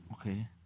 Okay